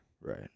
Right